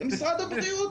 זה משרד הבריאות".